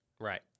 Right